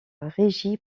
régi